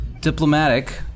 diplomatic